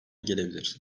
gelebilir